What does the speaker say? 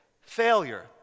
failure